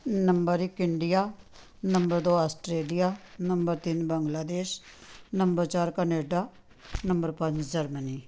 number ਇੱਕ India number ਦੋ Australia number ਤਿੰਨ ਬੰਗਲਾਦੇਸ਼ ਨੰਬਰ ਚਾਰ ਕੈਨੇਡਾ ਨੰਬਰ ਪੰਜ ਜਰਮਨੀ